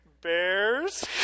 bears